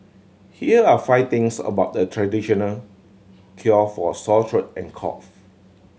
here are five things about the traditional cure for sore throat and cough